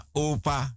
opa